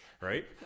Right